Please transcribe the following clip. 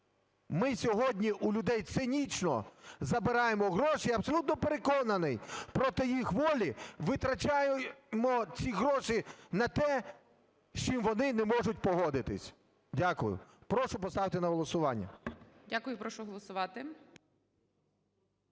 ми сьогодні у людей цинічно забираємо гроші, я абсолютно переконаний, проти їх волі, витрачаємо ці гроші на те, з чим вони не можуть погодитися. Дякую. Прошу поставити на голосування. ГОЛОВУЮЧИЙ. Дякую. Прошу голосувати.